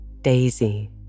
Daisy